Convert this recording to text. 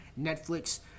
Netflix